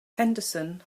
henderson